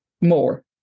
more